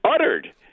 uttered